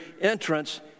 entrance